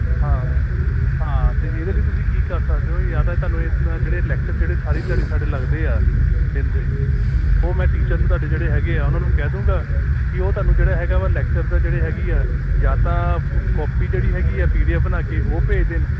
ਹਾਂ ਹਾਂ ਅਤੇ ਇਹਦੇ ਲਈ ਤੁਸੀਂ ਕੀ ਕਰ ਸਕਦੇ ਹੋ ਜਾਂ ਤਾਂ ਤੁਹਾਨੂੰ ਇਹਦੇ ਨਾਲ ਜਿਹੜੇ ਲੈਕਚਰ ਜਿਹੜੇ ਸਾਰੀ ਦਿਹਾੜੀ ਸਾਡੇ ਲਗਦੇ ਆ ਦਿਨ ਦੇ ਉਹ ਮੈਂ ਟੀਚਰ ਨੂੰ ਤੁਹਾਡੇ ਜਿਹੜੇ ਹੈਗੇ ਆ ਉਹਨਾਂ ਨੂੰ ਕਹਿ ਦਿਆਂਗਾ ਕਿ ਉਹ ਤੁਹਾਨੂੰ ਜਿਹੜਾ ਹੈਗਾ ਵਾ ਲੈਕਚਰ ਦਾ ਜਿਹੜੇ ਹੈਗੀ ਹੈ ਜਾਂ ਤਾਂ ਕੋਪੀ ਜਿਹੜੀ ਹੈਗੀ ਹੈ ਪੀ ਡੀ ਐਫ ਬਣਾ ਕੇ ਉਹ ਭੇਜ ਦੇਣ